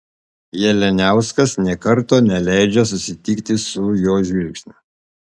jalianiauskas nė karto neleidžia susitikti su jo žvilgsniu